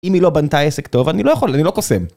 אם היא לא בנתה עסק טוב, אני לא יכול, אני לא קוסם.